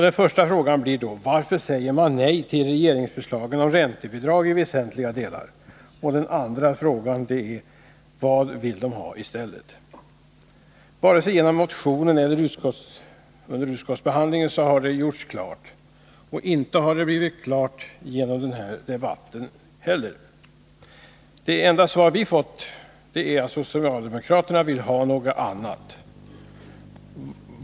Den första frågan blir då: Varför säger man nej till regeringsförslagen om räntebidrag i väsentliga delar? Den andra frågan är: Vad vill de ha i stället? Varken genom motionen eller under utskottsbehandlingen har detta gjorts klart — och inte har det blivit klart genom den här debatten heller. Det enda svar vi fått är att socialdemokraterna vill ha någonting annat.